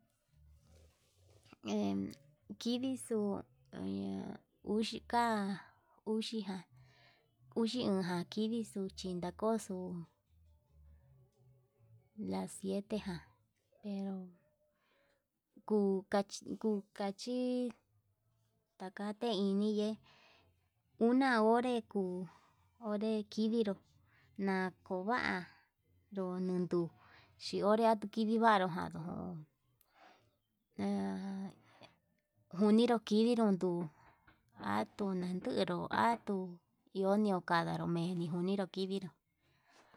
En kidii xuu doña uxika uxi ján uxi o'on jan kidii xuu chindakoxu las siete ján, pero kuu kachi kuu kachí taka tee iñii ye'e una onre kuu onré kidinró, nakova ndon nrutuu chi onre atuu kidii vanro ho na uninro kidinro nduu, atun nanderu atuu iho ñio kanrado unido kidinró.